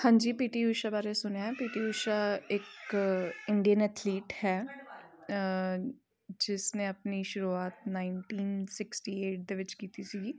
ਹਾਂਜੀ P T Usha ਬਾਰੇ ਸੁਣਿਆ ਪੀ ਟੀ ਯੂਸ਼ਾ ਇੱਕ ਇੰਡੀਅਨ ਅਥਲੀਟ ਹੈ ਜਿਸਨੇ ਆਪਣੀ ਸ਼ੁਰੂਆਤ ਨਾਈਨਟੀਨ ਸਿਕਸਟੀ ਏਟ ਦੇ ਵਿੱਚ ਕੀਤੀ ਸੀਗੀ